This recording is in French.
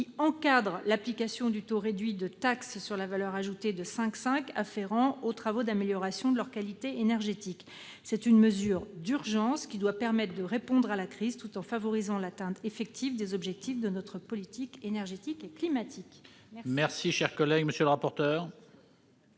qui encadre l'application du taux réduit de taxe sur la valeur ajoutée de 5,5 % afférent aux travaux d'amélioration de leur qualité énergétique. C'est une mesure d'urgence qui doit permettre de répondre à la crise tout en favorisant l'atteinte effective des objectifs de notre politique énergétique et climatique. Quel est l'avis de la